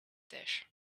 dish